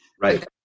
Right